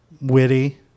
Witty